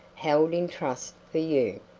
held in trust for you.